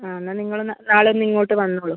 ആ എന്നാൽ നിങ്ങൾ നാളെ ഒന്ന് ഇങ്ങോട്ട് വന്നോളൂ